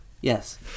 Yes